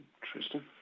Tristan